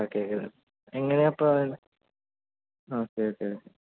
okay okay എങ്ങനെയാണ് അപ്പോൾ വേണ്ടത് ആ ഓക്കേ ഓക്കേ